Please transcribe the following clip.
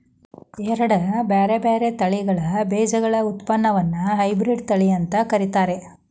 ಎರಡ್ ಬ್ಯಾರ್ಬ್ಯಾರೇ ತಳಿಗಳ ಬೇಜಗಳ ಉತ್ಪನ್ನವನ್ನ ಹೈಬ್ರಿಡ್ ತಳಿ ಅಂತ ಕರೇತಾರ